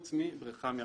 חוץ מבריחה מאחריות.